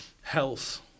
health